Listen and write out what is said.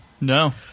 No